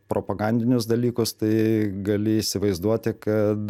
propagandinius dalykus tai gali įsivaizduoti kad